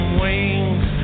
wings